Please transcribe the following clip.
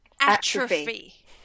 atrophy